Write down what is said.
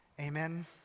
Amen